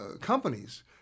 companies